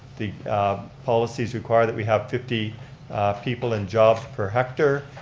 the policies require that we have fifty people in jobs per hectare.